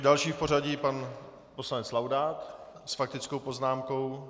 Další v pořadí pan poslanec Laudát s faktickou poznámkou.